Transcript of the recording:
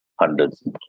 hundreds